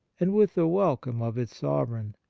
and with the welcome of its sovereign.